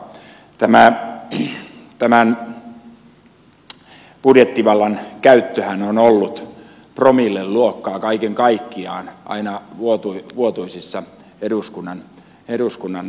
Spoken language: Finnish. tämän budjettivallan käyttöhän on ollut promillen luokkaa kaiken kaikkiaan aina vuotuisissa eduskunnan talousarvioratkaisuissa